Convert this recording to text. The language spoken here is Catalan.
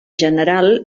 general